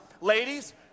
Ladies